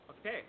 Okay